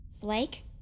Blake